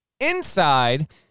inside